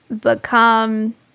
become